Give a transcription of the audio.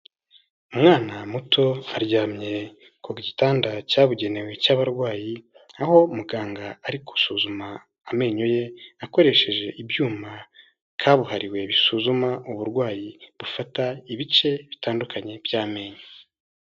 Umwana muto aryamye ku gitanda cyabugenewe cy'abarwayi, aho muganga ari gusuzuma amenyo ye akoresheje ibyuma kabuhariwe bisuzuma uburwayi bufata ibice bitandukanye by'amenyo.